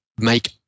make